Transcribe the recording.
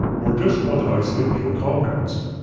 or just want to isolate pure compounds.